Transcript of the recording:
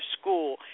School